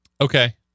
Okay